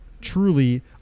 truly